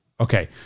Okay